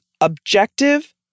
objective